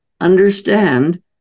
understand